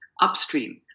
upstream